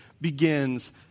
begins